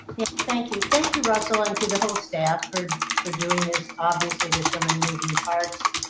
thank you. thank you, russell and to the whole staff for for doing this. obviously there's so many moving parts,